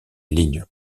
ligne